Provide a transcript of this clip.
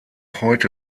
heute